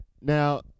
now